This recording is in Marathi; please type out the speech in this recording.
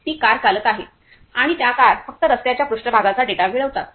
ती कार चालत आहे आणि त्या कार फक्त रस्त्याच्या पृष्ठभागाचा डेटा मिळवतात